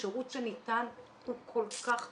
השירות שניתן הוא כל כך טוב,